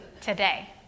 today